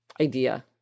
idea